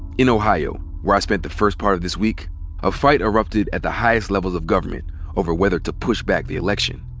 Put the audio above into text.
in ohio, where i spent the first part of this week a fight erupted at the highest levels of government over whether to push back the election.